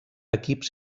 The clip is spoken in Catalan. equips